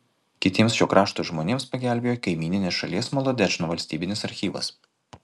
kitiems šio krašto žmonėms pagelbėjo kaimyninės šalies molodečno valstybinis archyvas